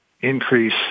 increase